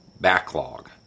backlog